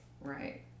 right